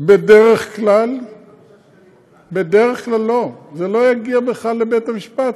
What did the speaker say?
בדרך כלל זה לא יגיע בכלל לבית המשפט,